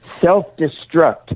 self-destruct